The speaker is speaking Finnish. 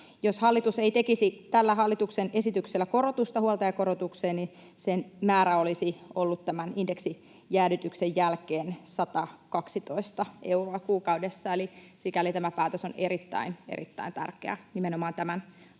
Jos hallitus ei tekisi tällä hallituksen esityksellä korotusta huoltajakorotukseen, niin sen määrä olisi ollut tämän indeksijäädytyksen jälkeen 112 euroa kuukaudessa. Eli sikäli tämä päätös on erittäin erittäin tärkeä nimenomaan tämän haavoittuvassa